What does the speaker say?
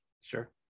sure